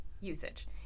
usage